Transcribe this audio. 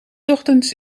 ochtends